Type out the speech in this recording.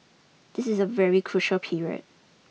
this is a very crucial period